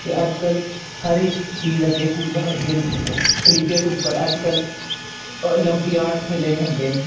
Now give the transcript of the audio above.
ते अज्जकल हर इक चीज अग्गैं कुड़ियां अग्गें न क्रिकेट उप्पर अज्जकल ओलम्पियाड खेले जंदे न